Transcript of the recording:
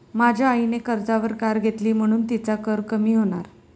माझ्या आईने कर्जावर कार घेतली म्हणुन तिचा कर कमी होणार